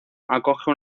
acoge